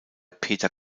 peter